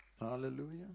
Hallelujah